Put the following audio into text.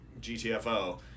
GTFO